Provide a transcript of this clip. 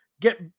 get